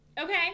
Okay